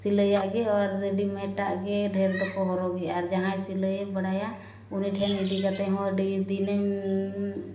ᱥᱤᱞᱟᱹᱭᱟᱜ ᱜᱮ ᱟᱨ ᱨᱮᱰᱤᱢᱮᱰᱟᱜ ᱜᱮ ᱰᱷᱮᱨ ᱫᱚᱠᱚ ᱦᱚᱨᱚᱜᱮᱼᱟ ᱟᱨ ᱡᱟᱦᱟᱸᱭ ᱥᱤᱞᱟᱹᱭᱮ ᱵᱟᱲᱟᱭᱟ ᱩᱱᱤ ᱴᱷᱮᱱ ᱤᱫᱤ ᱠᱟᱛᱮᱫ ᱦᱚᱸ ᱟᱹᱰᱤ ᱫᱤᱱᱮᱢ